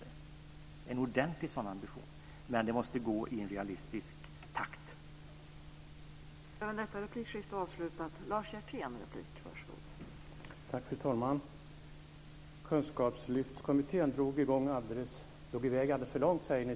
Det är en ordentlig sådan ambition, men det måste gå i en realistisk takt.